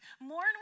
mourn